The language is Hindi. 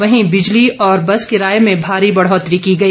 वहीं बिजली और बस किराए में भारी बढ़ोतरी की गई